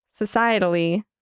societally